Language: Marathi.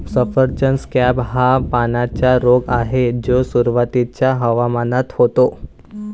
सफरचंद स्कॅब हा पानांचा रोग आहे जो सुरुवातीच्या हवामानात होतो